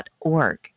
.org